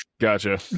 gotcha